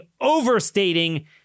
overstating